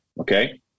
okay